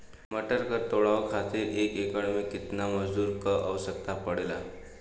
मटर क तोड़ाई खातीर एक एकड़ में कितना मजदूर क आवश्यकता पड़ेला?